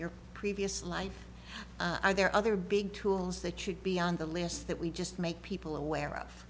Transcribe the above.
your previous life there are other big tools that should be on the list that we just make people aware of